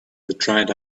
dried